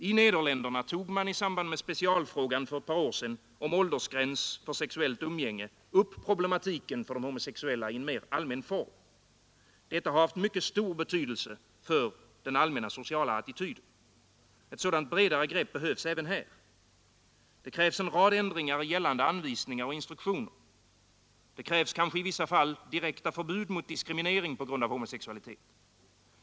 I Nederländerna tog man för ett par år sedan i samband med specialfrågan om åldersgräns för sexuellt umgänge upp problematiken i en mer allmän form. Detta har haft stor betydelse för den allmänna sociala attityden. Ett sådant bredare grepp behövs även här. Det krävs en rad ändringar i gällande anvisningar och instruktioner. Det krävs i vissa fall direkta förbud mot diskriminering på grund av homosexualitet.